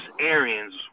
Arians